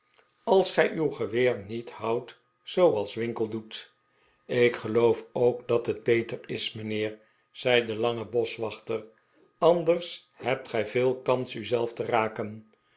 als de pickwick club gij uw geweer niet houdt zooals winkle doet ik geloof ook dat het beter is mijnheer zei de iange boschwachter anders hebt gij veel kans u zelf te raken